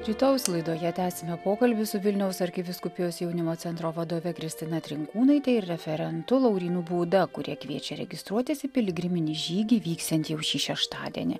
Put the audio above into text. rytojaus laidoje tęsime pokalbį su vilniaus arkivyskupijos jaunimo centro vadove kristina trinkūnaite ir referentu laurynu būda kurie kviečia registruotis į piligriminį žygį vyksiant jau šį šeštadienį